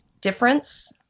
difference